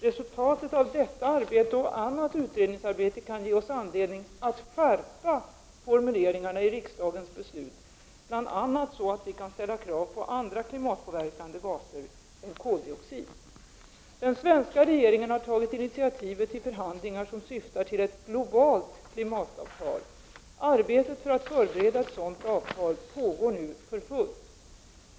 Resultatet av detta arbete och annat utredningsarbete kan ge oss anledning att skärpa formuleringarna i riksdagens beslut, bl.a. så att vi kan ställa krav på andra klimatpåverkande gaser än koldioxid. Den svenska regeringen har tagit initiativet till förhandlingar som syftar till ett globalt klimatavtal. Arbetet för att förbereda ett sådant avtal pågår nu för fullt.